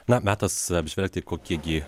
na metas apžvelgti kokie gi